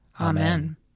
Amen